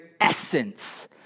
essence